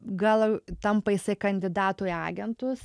gal tampa jisai kandidatu į agentus